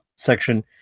section